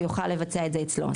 הוא יוכל לבצע את זה אצלו.